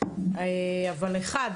אבל אחד,